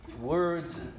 words